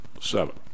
seven